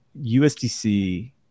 USDC